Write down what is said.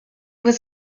was